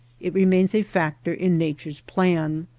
it remains a factor in nature's plan.